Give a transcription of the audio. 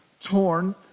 torn